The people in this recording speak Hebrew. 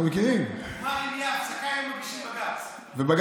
אם הייתה הפסקה, היינו מגישים בג"ץ.